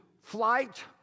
flight